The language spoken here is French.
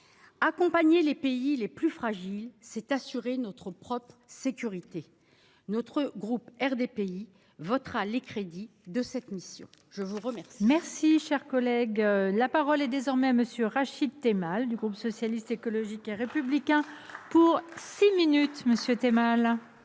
Accompagner les pays les plus fragiles, c’est assurer notre propre sécurité. Le groupe RDPI votera les crédits de cette mission. La parole